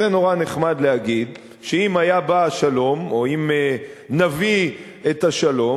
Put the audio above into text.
זה נורא נחמד להגיד שאם היה בא השלום או אם נביא את השלום,